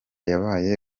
yabaye